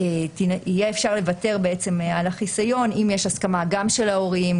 שיהיה אפשר לוותר על החיסיון אם יש הסכמה גם של ההורים,